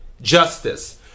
Justice